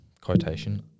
quotation